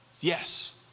Yes